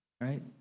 right